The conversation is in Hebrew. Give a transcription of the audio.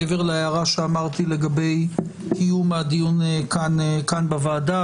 מעבר להערה שאמרתי לגבי קיום הדיון כאן בוועדה.